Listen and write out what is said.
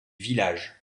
village